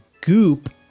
goop